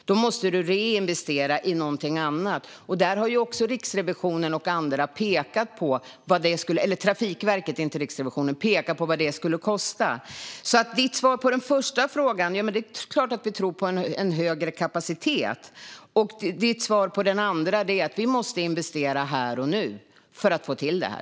Då måste du reinvestera i någonting annat, och Trafikverket har pekat på vad det skulle kosta. Svaret på din första fråga är alltså: Det är klart att vi tror på en högre kapacitet. Svaret på din andra fråga är: Vi måste investera här och nu för att få till detta.